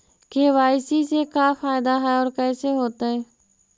KYC से का फायदा है और कैसे होतै?